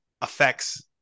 affects